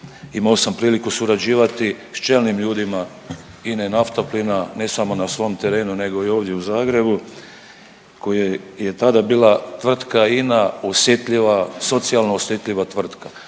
imao sam priliku surađivati s čelnim ljudima INE Naftaplina ne samo na svom terenu nego ovdje i u Zagrebu koja je tada bila tvrtka INA osjetljiva, socijalno osjetljiva tvrtka